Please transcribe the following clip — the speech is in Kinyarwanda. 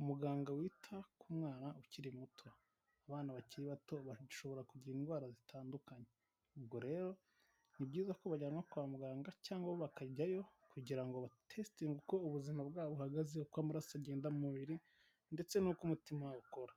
Umuganga wita ku mwana ukiri muto, abana bakiri bato bashobora kugira indwara zitandukanye, ubwo rero ni byiza ko bajyanwa kwa muganga cyangwa bakajyayo kugira ngo batesitinge uko ubuzima bwabo buhagaze, uko amaraso agenda mubiri ndetse n'uko umutima wabo ukora,